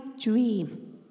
dream